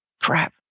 Crap